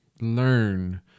learn